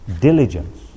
diligence